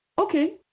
Okay